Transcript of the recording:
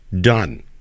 done